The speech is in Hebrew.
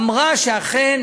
אמרה שאכן